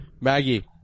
maggie